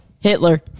Hitler